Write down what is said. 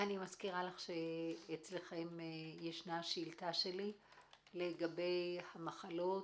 מזכירה לך שאצלכם יש שאילתא שלי לגבי המחלות